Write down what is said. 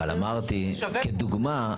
אבל אמרתי כדוגמה,